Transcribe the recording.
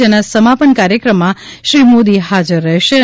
જેના સમાપન કાર્યક્રમમાં શ્રી મોદી હાજર રહેશેક